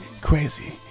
crazy